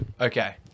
Okay